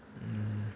mm